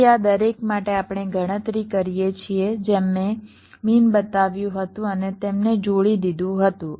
પછી આ દરેક માટે આપણે ગણતરી કરીએ છીએ જેમ મેં મીન બતાવ્યું હતું અને તેમને જોડી દીધું હતું